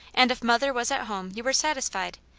and if mother was at home you were satisfied,